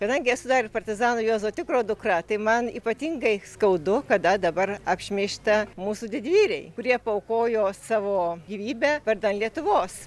kadangi esu dar ir partizano juozo tigro dukra tai man ypatingai skaudu kada dabar apšmeižta mūsų didvyriai kurie paaukojo savo gyvybę vardan lietuvos